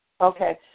Okay